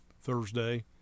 Thursday